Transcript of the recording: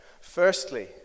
Firstly